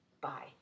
Bye